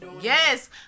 yes